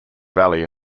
valley